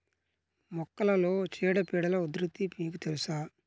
మొక్కలలో చీడపీడల ఉధృతి మీకు తెలుసా?